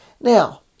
Now